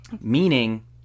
meaning